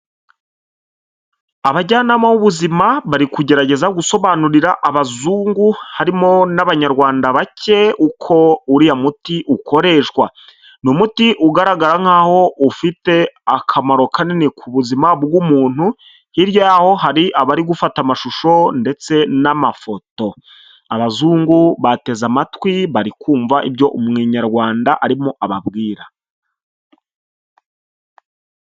Abajyanama b'ubuzima bari kugerageza gusobanurira abazungu harimo n'abanyarwanda bake uko uriya muti ukoreshwa ni umuti ugaragara nkaho ufite akamaro kanini ku buzima bw'umuntu hiryayaho hari abari gufata amashusho ndetse n'amafoto abazungu bateze amatwi bari kumvamva ibyo umunyarwanda arimo ababwira.